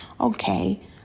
okay